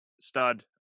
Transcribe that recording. stud